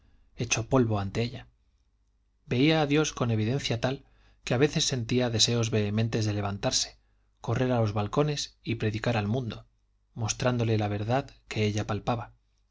hecho polvo ante ella veía a dios con evidencia tal que a veces sentía deseos vehementes de levantarse correr a los balcones y predicar al mundo mostrándole la verdad que ella palpaba